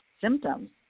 symptoms